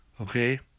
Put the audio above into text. Okay